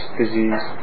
disease